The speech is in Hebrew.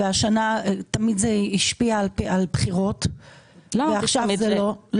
תמיד זה השפיע על בחירות ועכשיו זה לא.